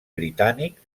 britànic